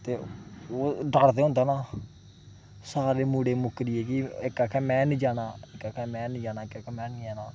ते ओह् डर ते होंदा न सारे मुड़े मुक्करी गे कि इक आक्खै मैं निं जाना इक आक्खै मैं हैनी जाना इक आक्खै मैं हैनी जाना